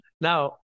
Now